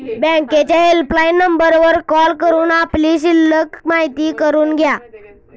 बँकेच्या हेल्पलाईन नंबरवर कॉल करून आपली शिल्लक माहिती करून घ्या